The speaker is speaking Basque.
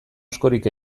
askorik